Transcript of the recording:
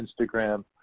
Instagram